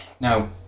Now